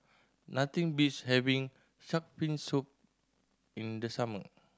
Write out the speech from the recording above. nothing beats having shark fin soup in the summer